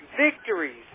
victories